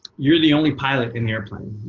you're the only pilot in the airplane,